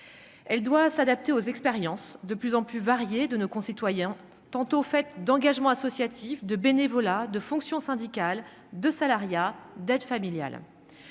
elle doit s'adapter aux expériences de plus en plus variés, de nos concitoyens, tantôt faite d'engagement associatif de bénévolat, de fonctions syndicales de salariat d'aide familiale